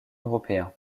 européen